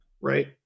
right